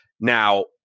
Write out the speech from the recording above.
Now